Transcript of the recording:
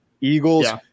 Eagles